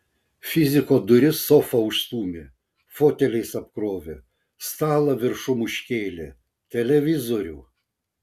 fiziko duris sofa užstūmė foteliais apkrovė stalą viršum užkėlė televizorių